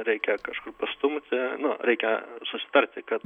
reikia kažkur pastumti nu reikia susitarti kad